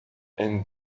and